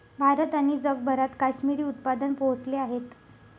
भारत आणि जगभरात काश्मिरी उत्पादन पोहोचले आहेत